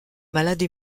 malade